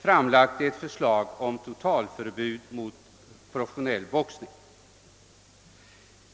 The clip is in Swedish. framlagt förslag om totalförbud mot professionell boxning.